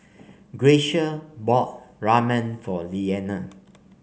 Gracia bought Ramen for Leana